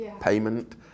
payment